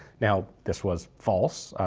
now, this was false,